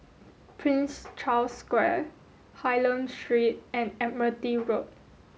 Prince Charles Square Hylam Street and Admiralty Road